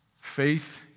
Faith